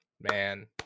Man